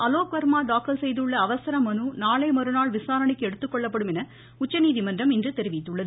அலோக் வர்மா தாக்கல் செய்துள்ள அவசர மனு நாளை மறுநாள் விசாரணைக்கு எடுத்துக்கொள்ளப்படும் என்று உச்சநீதிமன்றம் இன்று தெரிவித்துள்ளது